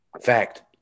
Fact